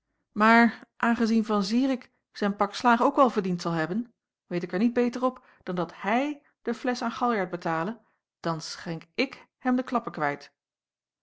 maar aangezien van zirik zijn pak slaag ook wel verdiend zal hebben weet ik er niet beter op dan dat hij de flesch aan galjart betale dan schenk ik hem de klappen kwijt